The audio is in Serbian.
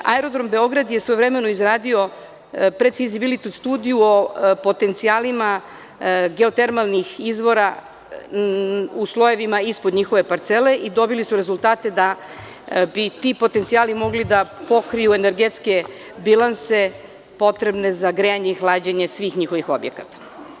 Aerodrom Beograda je svojevremeno izgradio studiju o potencijalima geotermalnih izvora u slojevima ispod njihove parcele i dobili su rezultate da bi ti potencijali mogli da pokriju energetske bilanse potrebne za grejanje i hlađenje svih njihovih objekata.